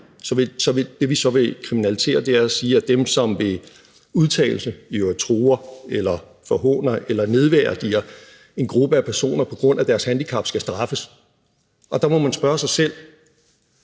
vil fremsætte, bliver gennemført, så vil vi sige, at dem, som ved udtalelse truer, forhåner eller nedværdiger en gruppe af personer på grund af deres handicap, skal straffes, og der må man spørge sig selv: